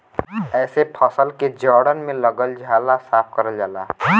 एसे फसल के जड़न में लगल झाला साफ करल जाला